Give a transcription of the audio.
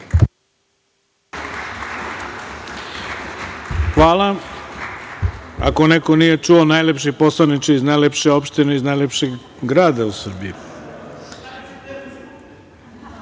Hvala, ako neko nije čuo, najlepši poslaniče iz najlepše opštine, iz najlepšeg grada u Srbiji. Reč